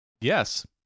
yes